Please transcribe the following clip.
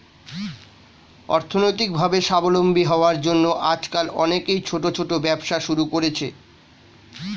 অর্থনৈতিকভাবে স্বাবলম্বী হওয়ার জন্য আজকাল অনেকেই ছোট ছোট ব্যবসা শুরু করছে